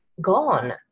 gone